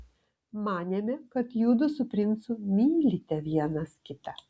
manėme kad judu su princu mylite vienas kitą